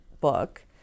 book